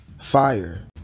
Fire